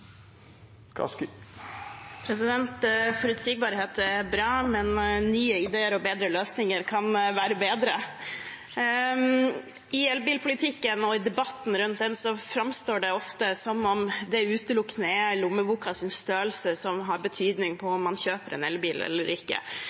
Forutsigbarhet er bra, men nye ideer og bedre løsninger kan være bedre. I elbilpolitikken og i debatten rundt den framstår det ofte som om det utelukkende er størrelsen på lommeboka som har betydning for om man kjøper en elbil eller ikke.